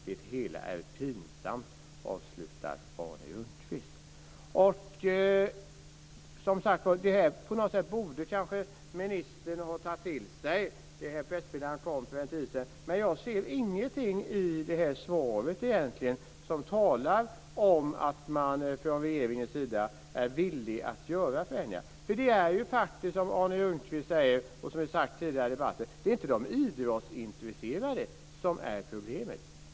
Det hela är pinsamt, avslutar Arne Ljungqvist. Som sagt var borde ministern kanske ha tagit detta till sig. Pressmeddelandet kom för en tid sedan. Men jag ser ingenting i svaret som talar om att man från regeringens sida är villig att göra förändringar. Det är ju faktiskt, som Arne Ljungqvist säger och som vi sagt tidigare i debatten, inte de idrottsintresserade som är problemet.